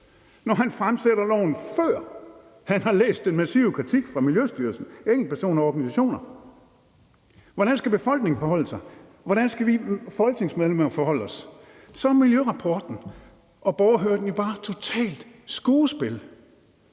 når man fremsætter loven, før han har læst den massive kritik fra Miljøstyrelsen, enkeltpersoner og organisationer? Hvordan skal befolkningen forholde sig? Hvordan skal vi folketingsmedlemmer forholde os? Så er miljørapporten og borgerhøringen jo bare totalt skuespil.